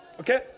Okay